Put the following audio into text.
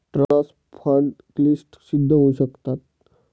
trust fund क्लिष्ट सिद्ध होऊ शकतात